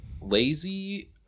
Lazy